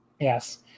Yes